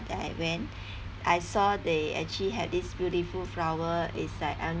that I went I saw they actually had this beautiful flower is like every